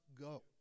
go